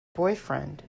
boyfriend